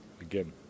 again